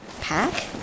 pack